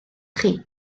chi